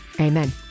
Amen